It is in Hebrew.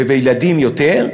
ובילדים יותר.